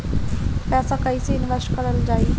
पैसा कईसे इनवेस्ट करल जाई?